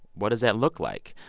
what does that look like?